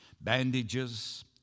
bandages